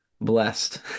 blessed